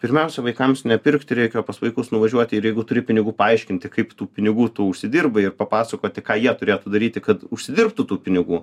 pirmiausia vaikams nepirkti reikia o pas vaikus nuvažiuoti ir jeigu turi pinigų paaiškinti kaip tų pinigų tu užsidirbai ir papasakoti ką jie turėtų daryti kad užsidirbtų tų pinigų